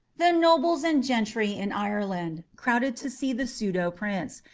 the nobles and gentry in ireland crowded to see the pseudo prince,